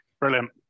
Brilliant